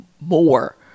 more